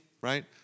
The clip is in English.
right